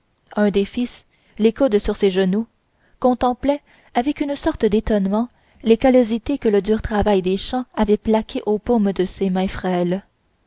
un des fils les coudes sur les genoux contemplait avec une sorte d'étonnement les callosités que le dur travail des champs avait plaquées aux paumes de ses mains frêles